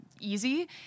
easy